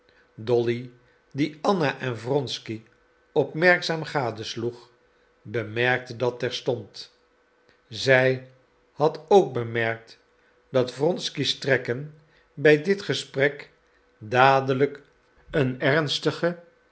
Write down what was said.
dolly die anna en wronsky opmerkzaam gadesloeg bemerkte dat terstond zij had ook bemerkt dat wronsky's trekken bij dit gesprek dadelijk een ernstige